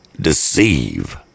deceive